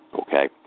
okay